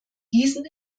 diesen